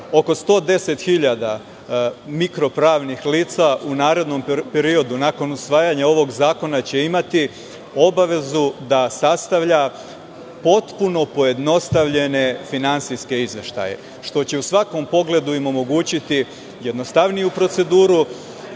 Oko 110 hiljada mikro pravnih lica u narednom periodu, nakon usvajanja ovog zakona će imati obavezu da sastavlja potpuno pojednostavljene finansijske izveštaje što će im u svakom pogledu omogućiti jednostavniju proceduru,